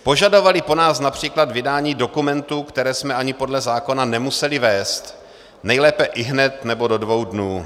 Požadovali po nás například vydání dokumentů, které jsme ani podle zákona nemuseli vést, nejlépe ihned nebo do dvou dnů.